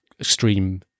extreme